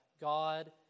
God